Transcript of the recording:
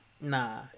nah